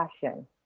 passion